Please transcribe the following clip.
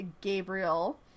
Gabriel